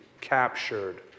captured